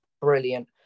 brilliant